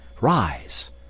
Rise